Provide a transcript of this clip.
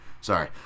Sorry